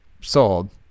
sold